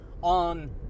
on